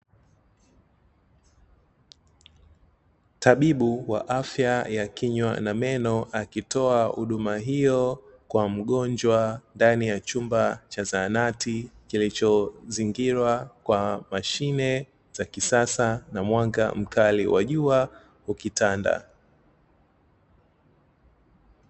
Tabibu wa afya ya kinywa na meno akitoa huduma hiyo kwa mgonjwa ndani ya chumba cha zahanati kilichozingirwa kwa mashine za kisasa, na mwanga mkali wa jua ukitanda.